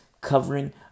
covering